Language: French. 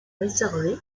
réservé